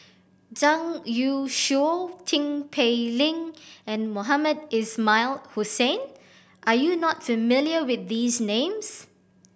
Zhang Youshuo Tin Pei Ling and Mohamed Ismail Hussain are you not familiar with these names